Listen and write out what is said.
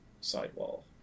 sidewall